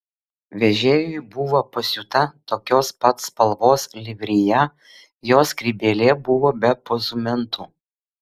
vežėjui buvo pasiūta tokios pat spalvos livrėja jo skrybėlė buvo be pozumentų